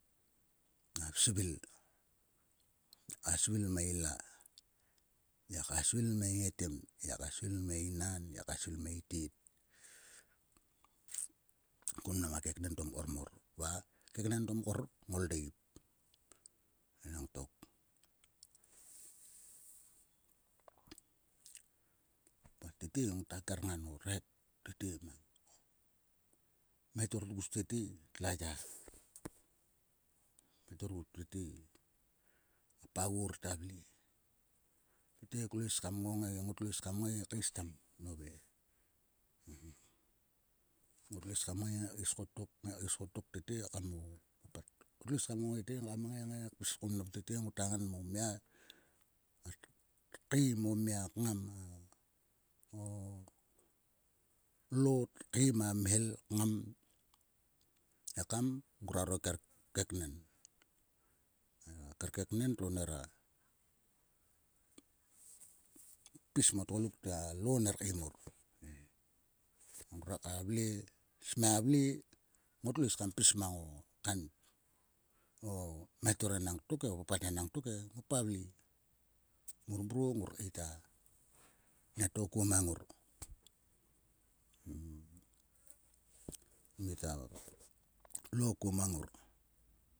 A svil. ngiaka svil mang ila. ngiaka svil mang i ngetem. ngiaka svil mang i nan. ngiaka svil mang itet. Kun mnam a keknen to mkor mor va a keknen to mkor ngoldeip. enangtok. Va tete ngota kerngan o rhek mang o mhetor tgus tete a ya. O mhetor ruk tete a pagor ta vle. Tete ngotlo is kam ngongai. ngotlo is kam ngai kaes kam nove. Ngotlo is kam ngai kais kotok ngai kais kotok tete ekam o papat. Klo is kam ngongai te ngai kais kotok. Ngota ngan o mia ngat keim o mia kngam mar o o lo tkaim a mhel kngam ekam ngroaro ker keknen. A ker keknen to nera pis mo tgoluk te a lo ner keim mor ei. Ngruaka vle smia vle ngotlo is kam pis mo kain mhetor enang tok e o papat enang tok e. Ngopa vle. mor mru ngor keit a nieto kua mang ngor. kmit a lo kuo mang ngor.